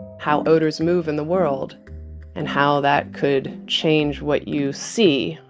how odors move in the world and how that could change what you see,